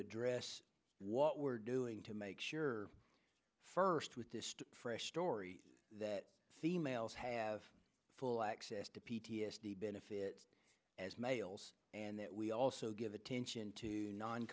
address what we're doing to make sure first with this fresh story that females have full access to p t s d benefit as males and that we also give attention to non